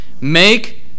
Make